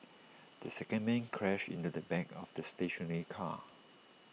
the second man crashed into the back of the stationary car